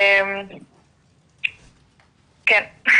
כן.